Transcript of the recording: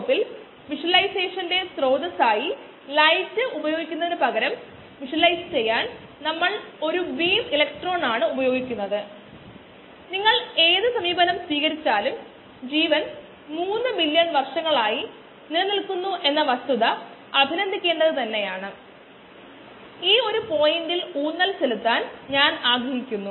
rgddtdxVdt rgddtdxVdt batch വളർച്ചയുടെ കാര്യത്തിൽ ബാച്ചിന്റെ വലിപ്പത്തിൽ മാറ്റമൊന്നുമില്ല കൂട്ടിച്ചേർക്കലുകളൊന്നുമില്ല കുറയുകയോ ബാച്ചിൽ നിന്ന് കാര്യങ്ങൾ എടുക്കുകയോ ഇല്ല അതിനാൽ വോളിയം കോൺസ്റ്റന്റ് ആയി തുടരുന്നു